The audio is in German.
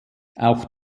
auch